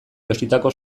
jositako